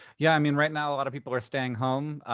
yeah, i mean, right now a lot of people are staying home.